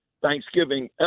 thanksgiving